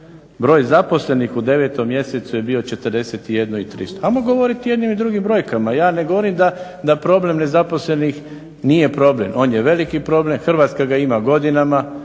Broj zaposlenih u 9.mjesecu je bio 41 300. Ajmo govoriti o jednim i drugim brojkama, ja ne govorim da problem nezaposlenih nije problem, on je veliki problem, Hrvatska ga ima godinama,